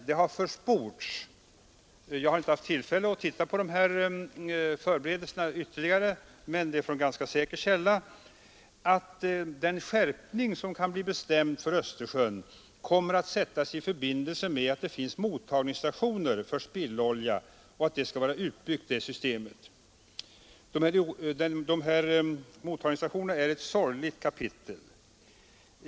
Det har emellertid försports från ganska säker källa att den skärpning av reglerna som kan bli bestämd för Östersjön kommer att sättas i förbindelse med att det finns mottagningsstationer för spillolja och att det systemet skall vara utbyggt. De här mottagningsaktionerna är ett sorgligt kapitel.